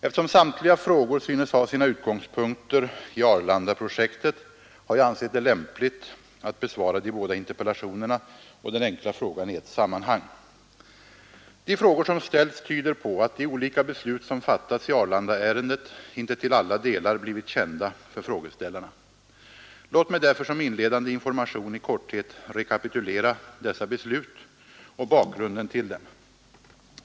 Eftersom samtliga frågor synes ha sina utgångspunkter i Arlandaprojektet har jag ansett det lämpligt att besvara de båda interpellationerna och den enkla frågan i ett sammanhang. De frågor som ställts tyder på att de olika beslut som fattats i Arlandaärendet inte till alla delar blivit kända för frågeställarna. Låt mig därför som inledande information i korthet rekapitulera dessa beslut och bakgrunden till dem.